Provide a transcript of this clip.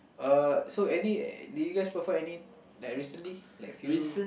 uh so any did you guys perform any like recently like a few